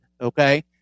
okay